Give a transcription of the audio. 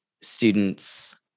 students